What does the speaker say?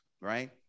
right